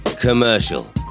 commercial